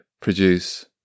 produce